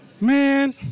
Man